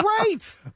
great